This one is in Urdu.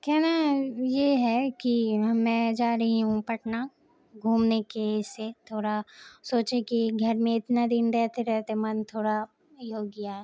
کہنا یہ ہے کہ میں جا رہی ہوں پٹنہ گھومنے کے سے تھوڑا سوچے کہ گھر میں اتنا دن رہتے رہتے من تھوڑا یہ ہو گیا ہے